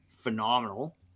phenomenal